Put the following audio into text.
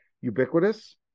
ubiquitous